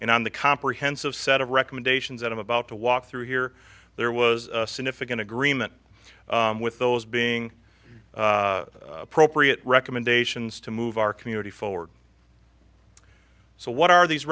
and on the comprehensive set of recommendations that i'm about to walk through here there was significant agreement with those being appropriate recommendations to move our community forward so what are these